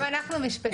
גם אנחנו משפטנים.